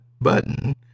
button